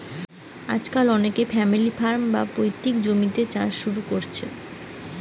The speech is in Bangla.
আজকাল অনেকে ফ্যামিলি ফার্ম, বা পৈতৃক জমিতে চাষ শুরু কোরছে